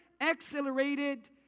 accelerated